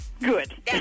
good